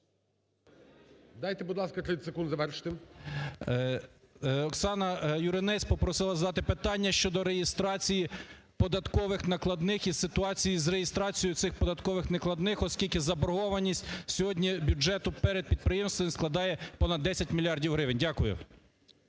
Дайте, будь ласка, 30 секунд завершити. СОЛОВЕЙ Ю.І. Оксана Юринець попросила задати питання щодо реєстрації податкових накладних і ситуації з реєстрацією цих податкових накладних, оскільки заборгованість сьогодні бюджету перед підприємствами складає понад 10 мільярдів гривень. Дякую.